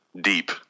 deep